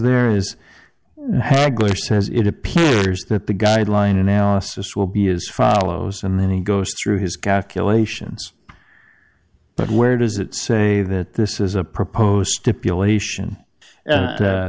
there is a glitch says it appears that the guideline analysis will be as follows and then he goes through his calculations but where does it say that this is a proposed stipulation